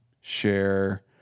share